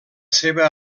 seva